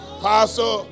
Pastor